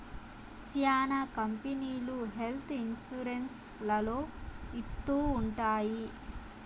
శ్యానా కంపెనీలు health insurance లలో ఇత్తూ ఉంటాయి